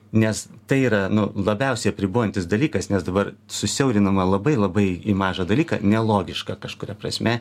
nes tai yra nuo labiausiai apribojantis dalykas nes dabar susiaurinama labai labai į mažą dalyką nelogišką kažkuria prasme